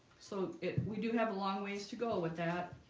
so it we do have a long ways to go with that